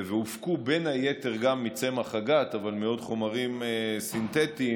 והופקו בין היתר גם מצמח הגת אבל מעוד חומרים סינתטיים